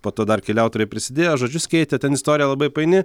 po to dar keliautojai prisidėjo žodžius keitė ten istorija labai paini